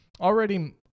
already